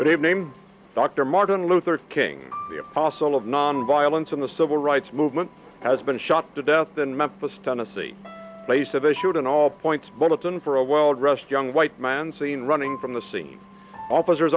have named dr martin luther king the apostle of nonviolence in the civil rights movement has been shot to death in memphis tennessee place of issued an all points bulletin for a well dressed young white man seen running from the scene officers